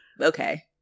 okay